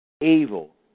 Evil